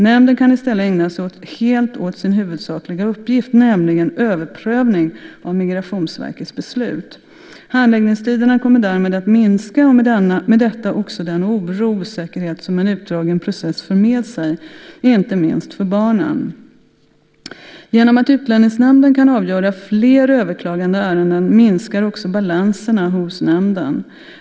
Nämnden kan i stället ägna sig helt åt sin huvudsakliga uppgift, nämligen överprövning av Migrationsverkets beslut. Handläggningstiderna kommer därmed att minska och med detta också den oro och osäkerhet som en utdragen process för med sig, inte minst för barnen. Genom att Utlänningsnämnden kan avgöra fler överklagade ärenden minskar också balanserna hos nämnden.